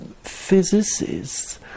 physicists